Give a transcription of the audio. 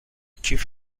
کیف